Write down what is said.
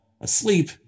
asleep